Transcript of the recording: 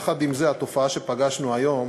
יחד עם זה, התופעה שפגשנו היום